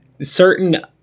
certain